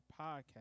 podcast